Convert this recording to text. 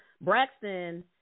Braxton